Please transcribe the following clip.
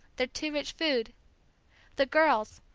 their too-rich food the girls,